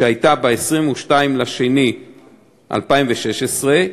שיצאה ב-22 בפברואר 2016,